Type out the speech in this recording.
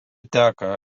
teka